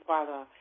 Father